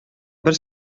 бер